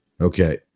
Okay